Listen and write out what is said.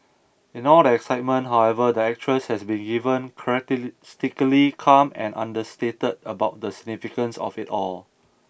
in all the excitement however the actress has been given characteristically calm and understated about the significance of it all